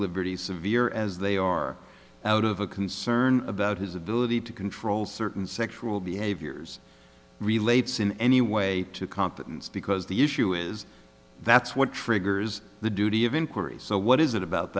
liberty severe as they are out of a concern about his ability to control certain sexual behaviors relates in any way to competence because the issue is that's what triggers the duty of inquiry so what is it about